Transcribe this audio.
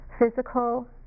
physical